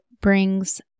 Brings